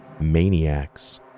maniacs